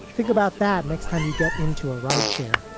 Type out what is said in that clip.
think about that next time you get into a ride chair